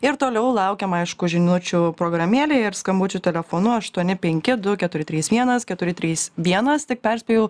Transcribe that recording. ir toliau laukiam aišku žinučių programėlėj ir skambučių telefonu aštuoni penki du keturi trys vienas keturi trys vienas tik perspėju